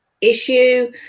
issue